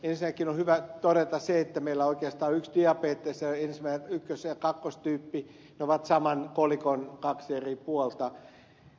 ensinnäkin on hyvä todeta se että meillä on oikeastaan yksi diabetes ja ykkös ja kakkostyyppi ovat saman kolikon kaksi eri puolta